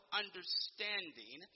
understanding